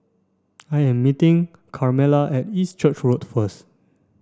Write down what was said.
I am meeting Carmela at East Church Road first